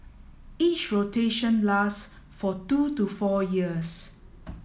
each rotation last for two to four years